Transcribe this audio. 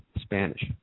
Spanish